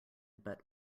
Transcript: but